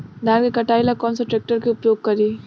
धान के कटाई ला कौन सा ट्रैक्टर के उपयोग करी?